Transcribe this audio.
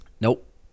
Nope